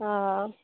অ'